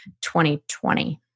2020